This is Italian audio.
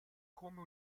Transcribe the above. come